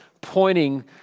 pointing